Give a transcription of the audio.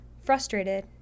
Frustrated